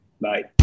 bye